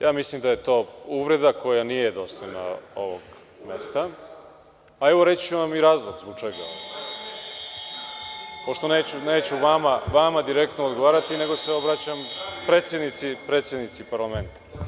Ja mislim da je to uvreda koja nije dostojna ovog mesta. (Poslanici SNS dobacuju.) Evo reći ću vam i razlog zbog čega, pošto neću vama direktno odgovarati, nego se obraćam predsednici parlamenta.